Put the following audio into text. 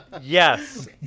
Yes